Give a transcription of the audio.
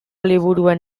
liburuen